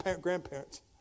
grandparents